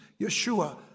Yeshua